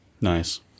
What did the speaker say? nice